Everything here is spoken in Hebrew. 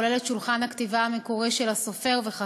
הכולל את שולחן הכתיבה המקורי של הסופר ואת